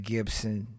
Gibson